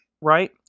Right